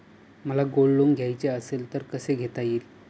मला gold loan घ्यायचे असेल तर कसे घेता येईल?